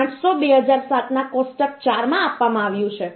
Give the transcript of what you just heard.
3 IS 800 2007 ના કોષ્ટક 4 માં આપવામાં આવ્યું છે